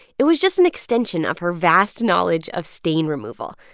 it was just an extension of her vast knowledge of stain removal.